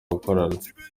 gukorana